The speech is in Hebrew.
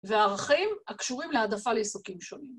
וערכים הקשורים להעדפה לעיסוקים שונים.